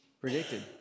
predicted